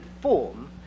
form